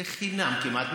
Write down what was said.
זה חינם כמעט.